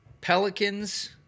Pelicans